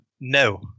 No